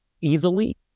easily